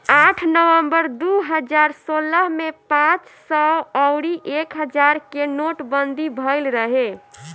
आठ नवंबर दू हजार सोलह में पांच सौ अउरी एक हजार के नोटबंदी भईल रहे